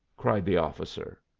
cried the officer.